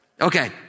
Okay